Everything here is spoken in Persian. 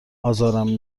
ازارم